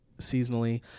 seasonally